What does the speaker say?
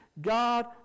God